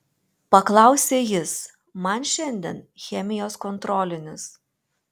paklausė jis man šiandien chemijos kontrolinis